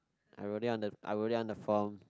I already on the I already on the phone